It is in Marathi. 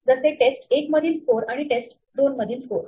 जसे टेस्ट 1 मधील स्कोर आणि टेस्ट 2 मधील स्कोर